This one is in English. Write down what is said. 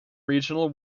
regional